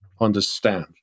understand